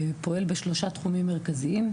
פועל בשלושה תחומים מרכזיים,